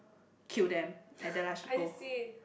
kill them at the last go